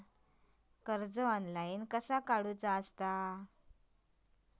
कर्ज ऑनलाइन कसा काडूचा?